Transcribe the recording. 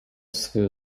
свою